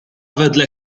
wedle